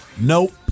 Nope